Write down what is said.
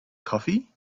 coffee